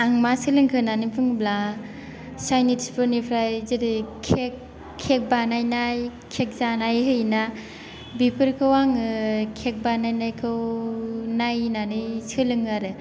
आं मा सोलोंखो होन्नानै बुङोब्ला चाइनिसफोरनिफ्राय जेरै केक केक बानायनाय केक जानाय होयोना बेफोरखौ आङो केक बानायनायखौ नायनानै सोलोङो आरो